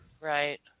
Right